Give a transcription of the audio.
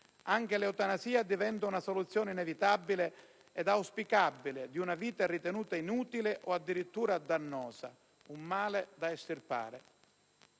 anche l'eutanasia diventa una soluzione inevitabile ed auspicabile di una vita ritenuta inutile o addirittura dannosa, un male da estirpare.